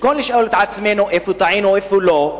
במקום לשאול את עצמנו איפה טעינו ואיפה לא,